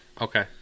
Okay